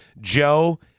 Joe